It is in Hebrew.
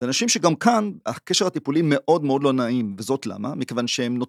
אנשים שגם כאן הקשר הטיפולי מאוד מאוד לא נעים, וזאת למה? מכיוון שהם נו